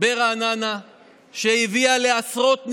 ברעננה שהביאה לעשרות נדבקים.